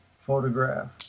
photograph